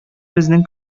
безнең